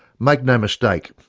make no mistake,